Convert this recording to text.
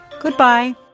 goodbye